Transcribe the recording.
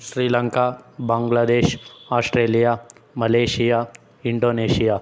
Sri Lanka Bangladesh Australia Malaysia Indonesia